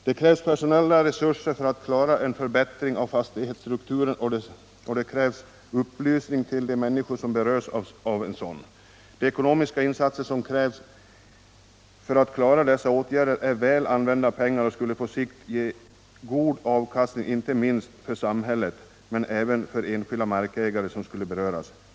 Det krävs personella resurser för att klara en förändring av fastighetsstrukturen och det krävs upplysning till de människor som berörs av en sådan. De ekonomiska insatser som krävs för att klara dessa åtgärder skulle vara väl använda pengar och skulle på sikt ge god avkastning, inte minst för samhället men även för de enskilda markägare som skulle beröras.